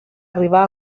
arribar